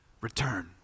return